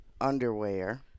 underwear